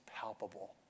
palpable